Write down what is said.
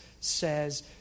says